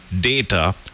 data